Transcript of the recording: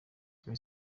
rayon